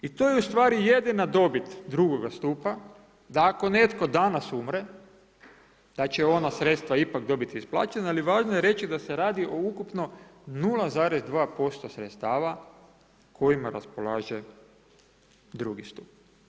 I to je u stvari jedina dobit drugoga stupa, da ako netko danas umre, da će ona sredstva ipak dobiti isplaćena, ali važno je reći da se radi o ukupno 0,2% sredstava kojima raspolaže drugi stup.